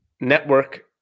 network